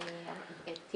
אחד-אחד.